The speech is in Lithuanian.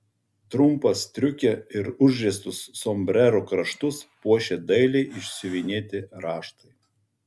trumpą striukę ir užriestus sombrero kraštus puošė dailiai išsiuvinėti raštai